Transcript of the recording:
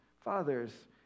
fathers